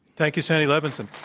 thank you, sandy levinson.